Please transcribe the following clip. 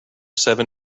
seven